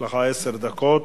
יש לך עשר דקות.